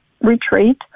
retreat